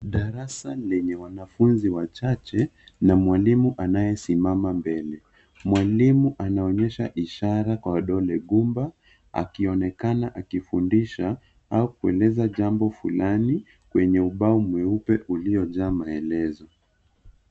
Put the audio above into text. Darasa lenye wanafunzi wachache na mwalimu anayesimama mbele. Mwalimu anaonyesha ishara kwa dole gumba akionekana akifundisha au kuuliza jambo fulani kwenye ubao mweupe uliojaa maelezo.